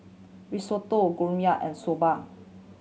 Risotto Gyudon and Soba